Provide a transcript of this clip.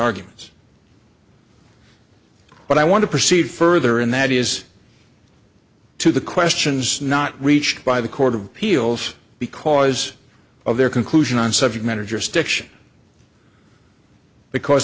arguments but i want to proceed further and that is to the questions not reached by the court of appeals because of their conclusion on subject matter jurisdiction because